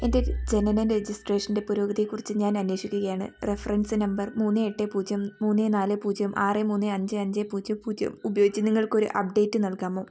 എൻ്റെ ജനന രജിസ്ട്രേഷൻ്റെ പുരോഗതിയെക്കുറിച്ചു ഞാൻ അന്വേഷിക്കുകയാണ് റഫറൻസ് നമ്പർ മൂന്ന് എട്ട് പൂജ്യം മൂന്ന് നാല് പൂജ്യം ആറ് മൂന്ന് അഞ്ച് അഞ്ച് പൂജ്യം പൂജ്യം ഉപയോഗിച്ചു നിങ്ങൾക്ക് ഒരു അപ്ഡേറ്റ് നൽകാമോ